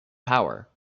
power